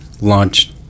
launch